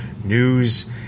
News